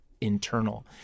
internal